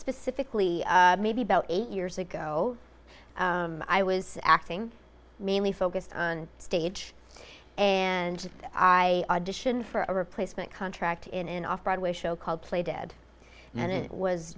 specifically maybe about eight years ago i was acting mainly focused on stage and i audition for a replacement contract in an off broadway show called play dead and it was